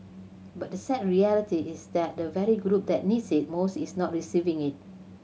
but the sad reality is that the very group that needs it most is not receiving it